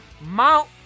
Mount